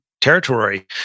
territory